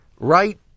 Right